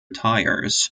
tyres